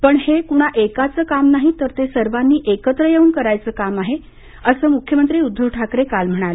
पण हे कुणा एकाचे काम नाही तर ते सर्वांनी एकत्र येऊन करायाचे काम आहे असे मुख्यमंत्री उद्धव ठाकरे काल म्हणाले